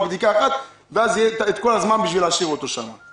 בדיקה אחת ואז יהיה את כל הזמן בשביל להשאיר אותו שם.